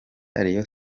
rayon